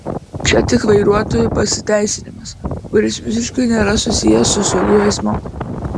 čia tik vairuotojų pasiteisinimas kuris visiškai nėra susijęs su saugiu eismu